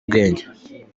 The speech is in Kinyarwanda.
ubwenge